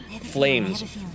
flames